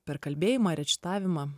per kalbėjimą ar į čitavimą